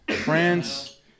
France